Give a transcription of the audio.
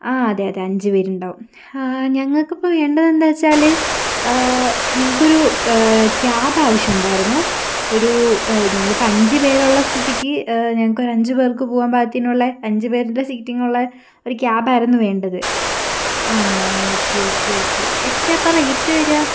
ആ അതെ അതെ അഞ്ചുപേര് ഉണ്ടാകും ഹാ ഞങ്ങൾക്കിപ്പോൾ വേണ്ടത് എന്താച്ചാല് ഞങ്ങക്കൊരു ക്യാബ് ആവശ്യം ഉണ്ടായിരുന്നു ഒരു ഞങ്ങളിപ്പോൾ അഞ്ച് പേരുള്ള സ്ഥിതിക്ക് ഞങ്ങൾക്ക് അഞ്ച് പേർക്ക് പോകാൻ പാകത്തിനുള്ള അഞ്ച് പേരുടെ സീറ്റിംഗ് ഉള്ള ഒരു ക്യാബ് ആയിരുന്നു വേണ്ടത് ആ ആ ഓക്കെ ഓക്കെ ഓക്കെ എത്രയാ അപ്പം റേറ്റ് വരിക